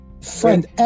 Friend